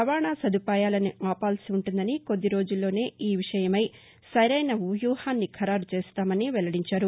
రవాణా సదుపాయాలను ఆపాల్సి ఉ ంటుందనికొద్ది రోజుల్లోనే ఈ విషయమై సరైన వ్యూహాన్ని ఖరారు చేస్తామని వెల్లడించారు